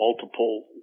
multiple